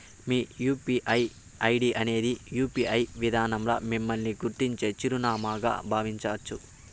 మీ UPI ID అనేది UPI విదానంల మిమ్మల్ని గుర్తించే చిరునామాగా బావించచ్చు